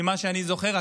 ממה שאני זוכר,